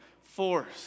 Force